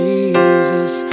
Jesus